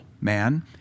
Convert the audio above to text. man